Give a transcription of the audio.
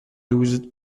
douze